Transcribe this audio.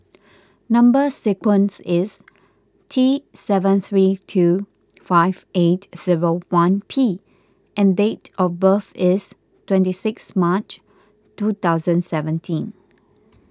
Number Sequence is T seven three two five eight zero one P and date of birth is twenty six March two thousand seventeen